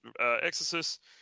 Exorcist